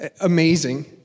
Amazing